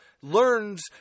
learns